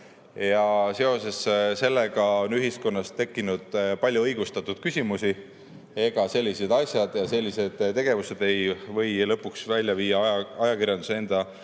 Seoses sellega on ühiskonnas tekkinud palju õigustatud küsimusi, ega sellised asjad ja sellised tegevused ei või lõpuks välja viia ajakirjanduse